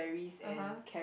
(uh huh)